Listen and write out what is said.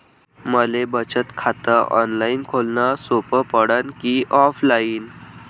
मले बचत खात ऑनलाईन खोलन सोपं पडन की ऑफलाईन?